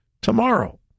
tomorrow